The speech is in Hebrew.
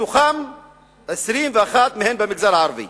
מתוכן 21 במגזר הערבי.